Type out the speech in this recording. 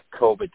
COVID